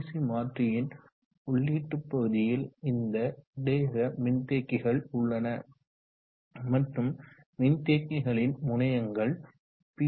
C மாற்றியின் உள்ளீட்டுப் பகுதியில் இந்த இடையக மின்தேக்கிகள் உள்ளன மற்றும் மின்தேக்கிகளின் முனையங்கள் பி